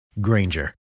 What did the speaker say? Granger